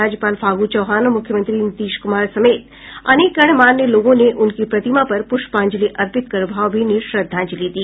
राज्यपाल फागू चौहान और मुख्यमंत्री नीतीश क्रमार समेत अनेक गणमान्य लोगों ने उनकी प्रतिमा पर पुष्पांजलि अर्पित कर भावभीनी श्रद्धांजलि दी